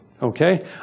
Okay